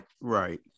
Right